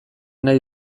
nahi